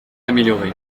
amélioré